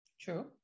True